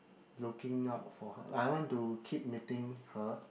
looking out for her I want to keep meeting her